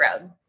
Road